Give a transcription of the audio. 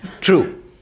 True